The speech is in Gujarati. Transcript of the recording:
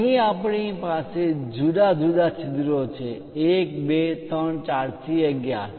અહીં આપણી પાસે જુદા જુદા છિદ્રો છે 1 2 3 4 થી 11